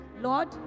Lord